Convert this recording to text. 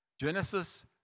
Genesis